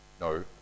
No